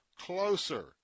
closer